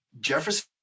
Jefferson